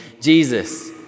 Jesus